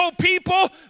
people